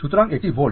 সুতরাং এটি volt